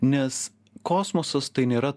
nes kosmosas tai nėra